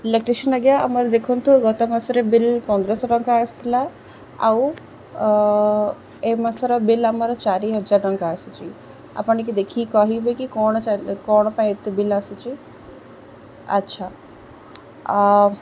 electrician ଆଜ୍ଞା ଆମର ଦେଖନ୍ତୁ ଗତ ମାସରେ ବିଲ୍ ପନ୍ଦରଶହ ଟଙ୍କା ଆସିଥିଲା ଆଉ ଏ ମାସର ବିଲ୍ ଆମର ଚାରି ହଜାର ଟଙ୍କା ଆସିୁଛି ଆପଣ ଟିକେ ଦେଖିକି କହିବେ କି କ'ଣ କ'ଣ ପାଇଁ ଏତେ ବିଲ୍ ଆସୁଛି ଆଚ୍ଛା